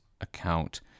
account